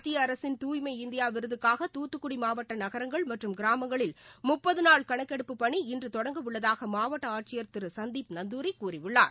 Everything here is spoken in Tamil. மத்தியஅரசின் தூய்மை இந்தியாவிருதுக்காக தூத்துக்குடிமாவட்டநகரங்கள் மற்றும் கிராமங்களில் கணக்கெடுப்புப் பணி இன்றுதொடங்க உள்ளதாகமாவட்டஆட்சியர் திருசந்தீப் நந்தூரி முப்பதுநாள் கூறியுள்ளார்